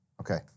Okay